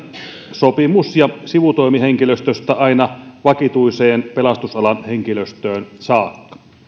sopimus ja sivutoimihenkilöstöstä aina vakituiseen pelastusalan henkilöstöön saakka